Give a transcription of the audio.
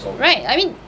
right I mean